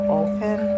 open